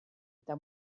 eta